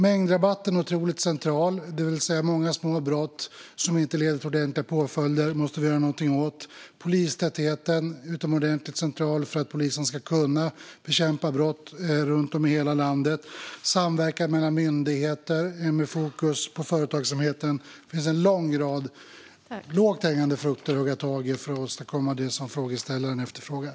Mängdrabatten är otroligt central - många små brott som inte leder till ordentliga påföljder måste vi göra någonting åt. Polistätheten är utomordentligt central för att polisen ska kunna bekämpa brott runt om i hela landet. Samverkan mellan myndigheter med fokus på företagsamheten är ännu en sak. Det finns en lång rad lågt hängande frukter att hugga tag i för att åstadkomma det som frågeställaren efterfrågar.